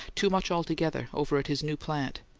too much altogether, over at his new plant.